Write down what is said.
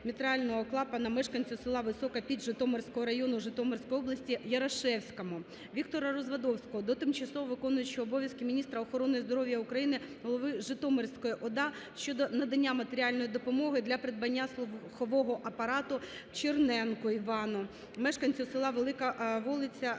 мітрального клапана мешканцю села Висока Піч Житомирського району, Житомирської області Ярошевському. Віктора Развадовського до тимчасово виконуючої обов'язки міністра охорони здоров'я України, голови Житомирської ОДА щодо надання матеріальної допомоги для придбання слухового апарата Черненку Івану, мешканцю села Велика Волиця Любарського